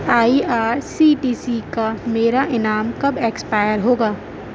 آئی R C T C کا میرا انعام کب ایکسپائر ہوگا